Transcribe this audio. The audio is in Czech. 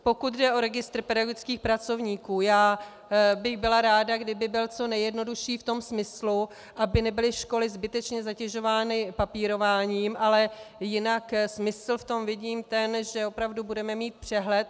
Pokud jde o registr pedagogických pracovníků, já bych byla ráda, kdyby byl co nejjednodušší v tom smyslu, aby nebyly školy zbytečně zatěžovány papírováním, ale jinak smysl v tom vidím ten, že opravdu budeme mít přehled.